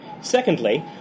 Secondly